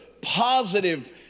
positive